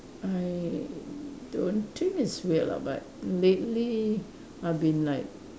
I don't think it's weird lah but lately I've been like